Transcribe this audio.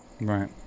Right